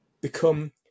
become